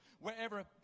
wherever